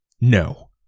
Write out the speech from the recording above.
No